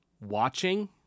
watching